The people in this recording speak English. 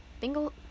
Bingle